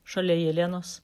šalia jelenos